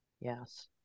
Yes